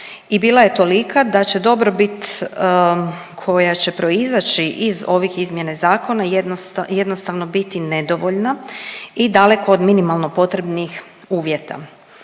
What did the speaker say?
i bila je tolika da će dobrobit koja će proizaći iz ovih izmjena zakona jednostavno biti nedovoljna i daleko od minimalno potrebnih uvjeta.